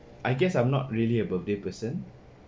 I guess I'm not really a birthday person